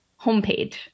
homepage